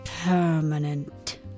permanent